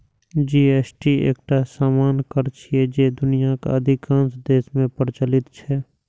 GST एकटा सामान्य कर छियै, जे दुनियाक अधिकांश देश मे प्रचलित छै